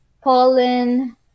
pollen